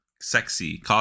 Sexy